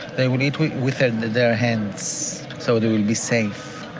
they will eat with their hands. so they will be safe.